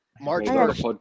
March